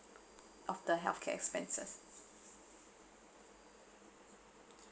of the healthcare expenses